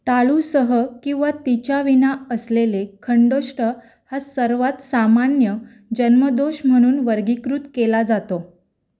टाळूसह किंवा तिच्याविना असलेले खंडौष्ठ हा सर्वांत सामान्य जन्मदोष म्हणून वर्गीकृत केला जातो